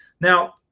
Now